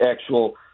actual